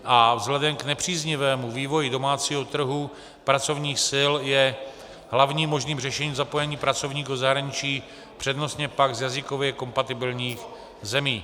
A vzhledem k nepříznivému vývoji domácího trhu pracovních sil je hlavním možným řešením zapojení pracovníků ze zahraničí, přednostně pak z jazykově kompatibilních zemí.